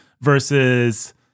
versus